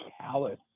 callous